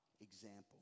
example